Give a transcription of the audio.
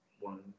one